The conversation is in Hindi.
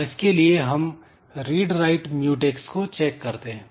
और इसके लिए हम "रीड राइट म्यूटैक्स" को चेक करते हैं